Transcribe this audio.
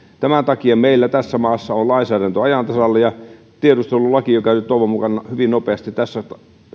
tämän takia meillä tässä maassa on lainsäädäntö ajan tasalla ja tiedustelulaki joka nyt toivon mukaan hyvin nopeasti tässä